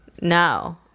No